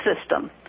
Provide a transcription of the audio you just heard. system